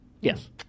Yes